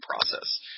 process